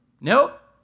nope